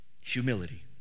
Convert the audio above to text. Humility